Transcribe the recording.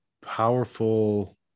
powerful